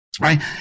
right